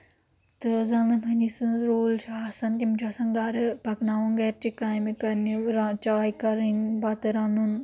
تہٕ زَنانہِ مۄہنیو سُند رول چھُ آسَان تِم چھِ آسَان گرٕ پَکناوُن گَرِچہِ کامہِ کَرنہِ چاے کَرٕنۍ بَتہٕ رَنُن